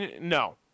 No